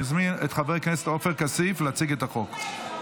אני מזמין את חבר הכנסת עופר כסיף להציג את הצעת החוק.